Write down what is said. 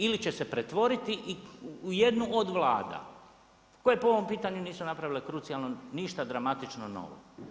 Ili će se pretvoriti u jednu od Vlada koje po ovom pitanju nisu napravile krucijalno ništa dramatično novo.